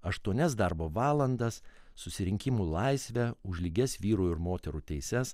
aštuonias darbo valandas susirinkimų laisvę už lygias vyrų ir moterų teises